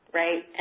right